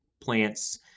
plants